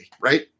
Right